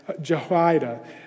Jehoiada